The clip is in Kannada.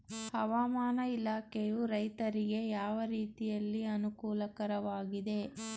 ಹವಾಮಾನ ಇಲಾಖೆಯು ರೈತರಿಗೆ ಯಾವ ರೀತಿಯಲ್ಲಿ ಅನುಕೂಲಕರವಾಗಿದೆ?